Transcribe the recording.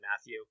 Matthew